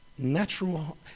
natural